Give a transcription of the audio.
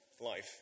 life